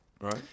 right